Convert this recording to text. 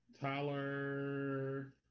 Tyler